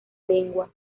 lengua